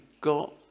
got